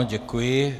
Děkuji.